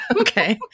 okay